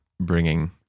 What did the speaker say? bringing